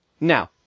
now